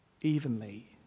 evenly